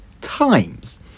times